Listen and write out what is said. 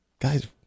Guys